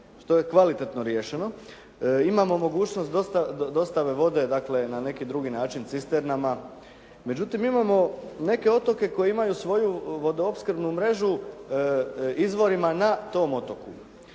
što je kvalitetno riješeno. Imamo mogućnost dostave vode na neki drugi način cisternama. Međutim, imamo neke otoke koji imaju svoju vodoopskrbnu mrežu izvorima na tom otoku